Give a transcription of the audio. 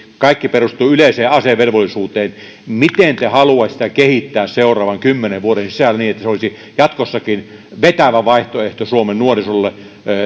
kaikki perustuu yleiseen asevelvollisuuteen miten te haluaisitte sitä kehittää seuraavan kymmenen vuoden sisällä niin että se olisi jatkossakin vetävä vaihtoehto suomen nuorisolle